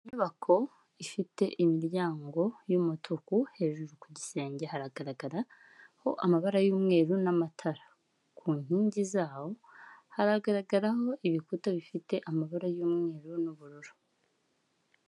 Inyubako ifite imiryango y'umutuku, hejuru ku gisenge haragaragaraho amabara y'umweru n'amatara, ku nkingi zawo haragaragaraho ibikuta bifite amabara y'umweru n'ubururu.